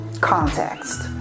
context